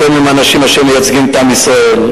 אתם האנשים אשר מייצגים את עם ישראל.